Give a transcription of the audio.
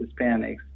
Hispanics